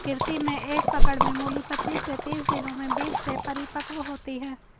कृषि में एक पकड़ में मूली पचीस से तीस दिनों में बीज से परिपक्व होती है